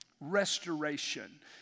Restoration